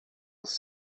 was